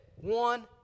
One